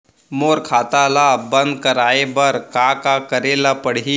मोर खाता ल बन्द कराये बर का का करे ल पड़ही?